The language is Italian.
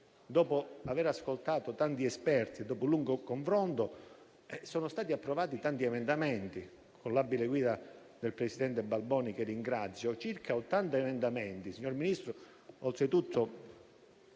Dopo aver ascoltato tanti esperti e dopo un lungo confronto, in quella sede sono stati approvati tanti emendamenti, con l'abile guida del presidente Balboni, che ringrazio; ne sono stati